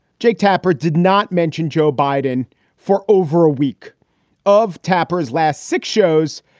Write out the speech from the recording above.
jake tapper did not mention joe biden for over a week of tapper's last six shows.